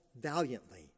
valiantly